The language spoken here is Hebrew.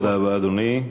תודה רבה, אדוני.